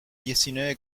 diecinueve